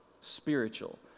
spiritual